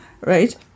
right